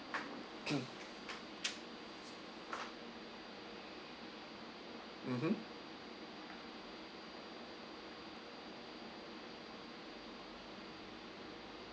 mmhmm